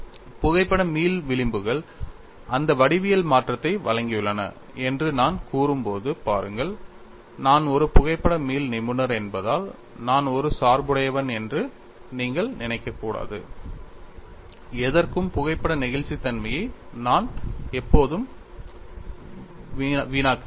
புகைப்பட மீள் விளிம்புகள் அந்த வடிவியல் மாற்றத்தை வழங்கியுள்ளன என்று நான் கூறும்போது பாருங்கள் நான் ஒரு புகைப்பட மீள் நிபுணர் என்பதால் நான் ஒரு சார்புடையவன் என்று நீங்கள் நினைக்கக்கூடாது எதற்கும் புகைப்பட நெகிழ்ச்சித் தன்மையை நான் எப்போதும் வீணாக்குகிறேன்